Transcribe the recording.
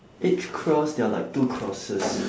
each cross there are like two crosses